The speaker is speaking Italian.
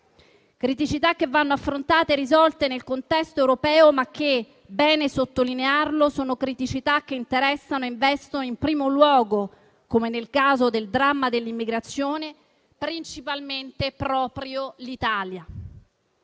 criticità vanno affrontate e risolte nel contesto europeo, ma è bene sottolineare che sono criticità che interessano e investono, in primo luogo, come nel caso del dramma dell'immigrazione, principalmente proprio l'Italia.